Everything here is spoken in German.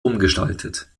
umgestaltet